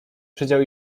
przedział